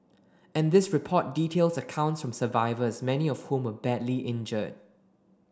and this report details accounts from survivors many of whom were badly injured